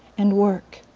and work.